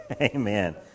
Amen